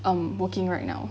um working right now